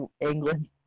England